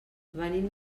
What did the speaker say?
venim